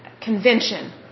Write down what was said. convention